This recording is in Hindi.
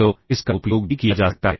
तो इसका उपयोग भी किया जा सकता है